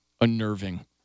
Unnerving